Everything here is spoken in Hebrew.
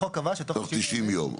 החוק קבע שהן יהיו תוך 90 ימים.